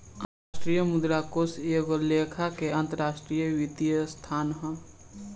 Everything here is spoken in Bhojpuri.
अंतरराष्ट्रीय मुद्रा कोष एगो लेखा के अंतरराष्ट्रीय वित्तीय संस्थान ह